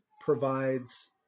provides